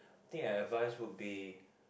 the thing I advise would be